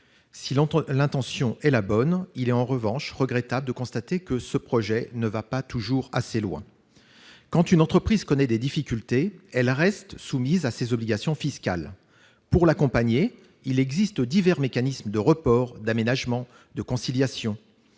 Si l'intention est bonne, il est en revanche regrettable de devoir constater que ce texte ne va pas toujours assez loin. Quand une entreprise connaît des difficultés, elle reste soumise à ses obligations fiscales. Pour l'accompagner, il existe divers mécanismes de report, d'aménagement, de conciliation.